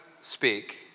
speak